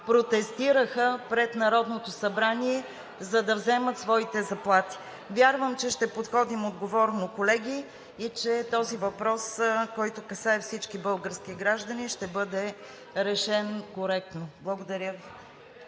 протестираха пред Народното събрание, за да вземат своите заплати. Вярвам, че ще подходим отговорно, колеги, и че този въпрос, който касае всички български граждани, ще бъде решен коректно. Благодаря